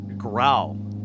growl